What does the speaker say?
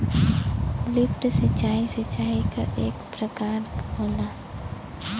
lift सिंचाई, सिंचाई क एक प्रकार होला